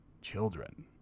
children